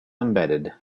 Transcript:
embedded